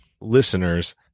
listeners